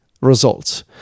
results